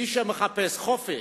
מי שמחפש חופש,